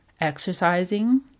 exercising